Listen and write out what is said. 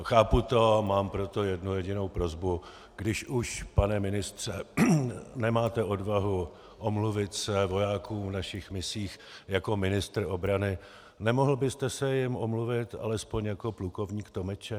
Chápu to a mám pro to jednu jedinou prosbu: Když už, pane ministře, nemáte odvahu omluvit se vojákům v našich misích jako ministr obrany, nemohl byste se jim omluvit alespoň jako plukovník Tomeček?